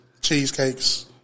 cheesecakes